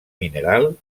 mineral